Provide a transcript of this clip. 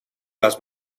las